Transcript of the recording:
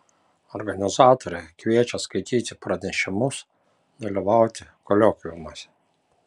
organizatoriai kviečia skaityti pranešimus dalyvauti kolokviumuose